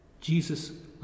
Jesus